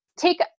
Take